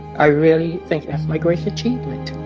i really think that's my greatest achievement.